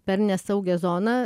per nesaugią zoną